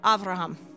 Abraham